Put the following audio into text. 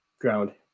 ground